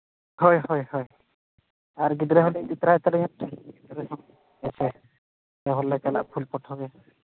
ᱦᱳᱭ ᱦᱳᱭ ᱦᱳᱭ ᱟᱨ ᱜᱤᱫᱽᱨᱟᱹᱦᱚᱸᱞᱤᱧ ᱤᱫᱤᱛᱚᱨᱟᱭᱮ ᱛᱟᱞᱤᱧᱟ ᱜᱤᱫᱽᱨᱟᱹᱦᱚᱸ ᱦᱮᱸᱥᱮ ᱯᱮ ᱦᱚᱲᱞᱮ ᱪᱟᱞᱟᱜᱼᱟ ᱯᱷᱩᱞ ᱯᱷᱚᱴᱳᱜᱮ